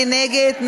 מי נגד?